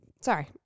sorry